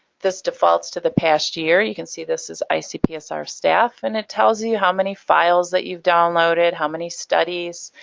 this defaults to the past year. you can see this is icpsr staff, and it tells you you how many files that you've downloaded, how many studies,